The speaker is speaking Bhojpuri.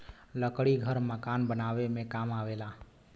लकड़ी घर मकान बनावे में काम आवेला